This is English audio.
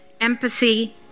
Empathy